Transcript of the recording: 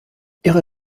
ihre